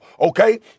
okay